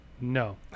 no